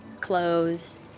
clothes